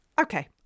Okay